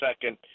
second